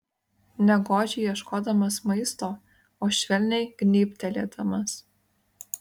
ne godžiai ieškodamas maisto o švelniai gnybtelėdamas